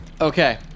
Okay